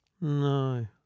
No